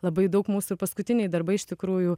labai daug mūsų paskutiniai darbai iš tikrųjų